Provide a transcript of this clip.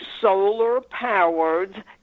solar-powered